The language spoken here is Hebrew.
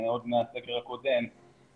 עוד מהסגר הקודם,